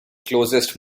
closest